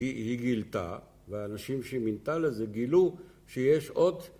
היא גילתה והאנשים שהיא מינתה לזה גילו שיש עוד..